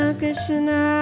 Krishna